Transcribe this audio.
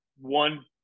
one